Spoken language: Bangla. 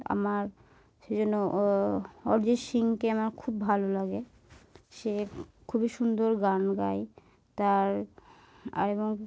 আমার সেই জন্য অরিজিৎ সিংকে আমার খুব ভালো লাগে সে খুবই সুন্দর গান গায় তার আর এবং